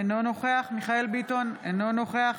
אינו נוכח מיכאל מרדכי ביטון, אינו נוכח